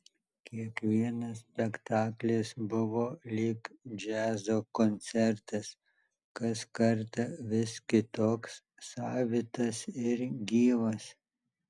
kiekvienas spektaklis buvo lyg džiazo koncertas kas kartą vis kitoks savitas ir gyvas